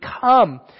come